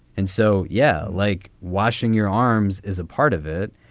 and so yeah, like washing your arms is a part of it,